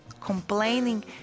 complaining